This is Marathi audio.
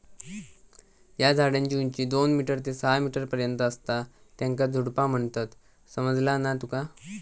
ज्या झाडांची उंची दोन मीटर ते सहा मीटर पर्यंत असता त्येंका झुडपा म्हणतत, समझला ना तुका?